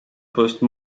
poste